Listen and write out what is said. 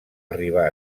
arribar